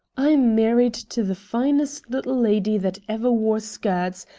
i'm married to the finest little lady that ever wore skirts,